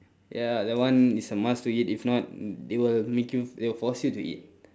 ya that one is a must to eat if not they will make you they will force you to eat